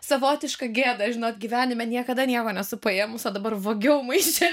savotiška gėda žinot gyvenime niekada nieko nesu paėmus o dabar vogiau maišelius